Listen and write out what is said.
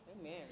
Amen